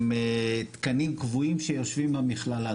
הם תקנים קבועים שיושבים במכללה.